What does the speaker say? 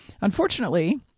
unfortunately